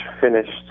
finished